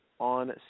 On